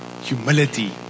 humility